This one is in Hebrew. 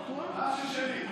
על מה ששלי.